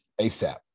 ASAP